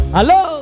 Hello